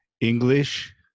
English